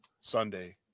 sunday